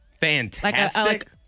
fantastic